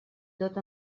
tot